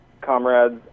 comrades